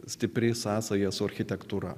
stipri sąsaja su architektūra